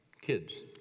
Kids